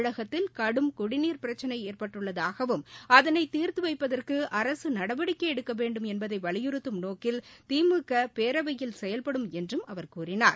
தமிழகத்தில் கடும் குடிநீர் பிரச்சினை ஏற்பட்டுள்ளதாகவும் அதனை தீர்த்து வைப்பதற்கு அரசு நடவடிக்கை எடுக்கவேண்டும் என்பதை வலியுறுத்தும் நோக்கில் திமுக பேரவையில் செயல்படும் என்றும் அவர் கூறினார்